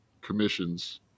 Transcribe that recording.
commissions